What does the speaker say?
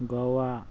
ꯒꯋꯥ